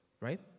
right